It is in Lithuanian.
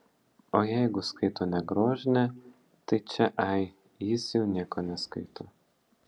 o jeigu skaito ne grožinę tai čia ai jis jau nieko neskaito